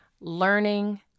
learning